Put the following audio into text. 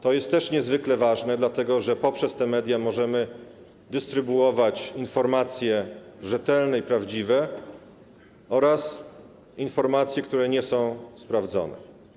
To jest też niezwykle ważne, dlatego że poprzez te media możemy dystrybuować informacje rzetelne i prawdziwe oraz informacje, które nie są sprawdzone.